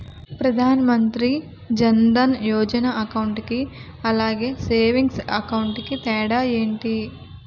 Pradhan Mantri Jan Dhan Yojana account కి అలాగే savings account కి తేడా ఏంటి?